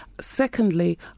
secondly